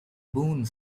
boone